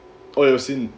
oh you've seen